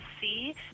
see